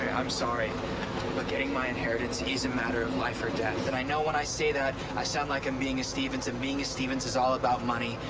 i'm sorry getting my inheritance is a matter of life or death. and i know when i say that, i sound like i'm being a stevens, and being a stevens is all about money.